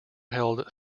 held